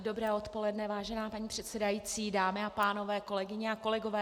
Dobré odpoledne, vážená paní předsedající, dámy a pánové, kolegyně a kolegové.